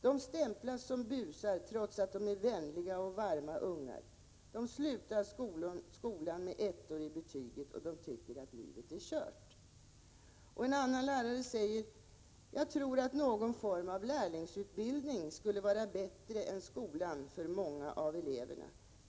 De stämplas som busar, trots att de är vänliga och varma ungar, de slutar skolan med ettor i betyget, och de tycker att livet är kört.” En annan lärare säger att hon tror ”att någon form av lärlingsutbildning skulle vara bättre än skolan för många av eleverna.